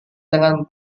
dengan